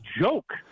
joke